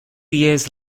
years